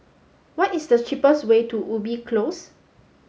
what is the cheapest way to Ubi Close